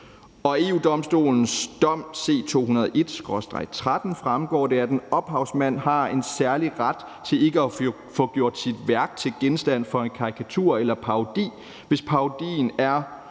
EU-Domstolens dom C 201/13 fremgår det også, at en ophavsmand har en særlig ret til ikke at få gjort sit værk til genstand for en karikatur eller en parodi, hvis karikaturen